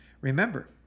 remember